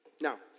Now